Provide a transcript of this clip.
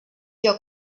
your